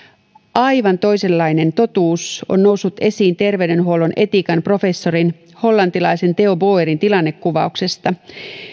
aivan toisenlainen totuus on noussut esiin terveydenhuollon etiikan professorin hollantilaisen theo boerin tilannekuvauksesta